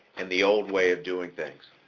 and the old way of doing things.